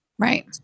Right